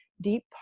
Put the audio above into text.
deep